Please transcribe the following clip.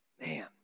Man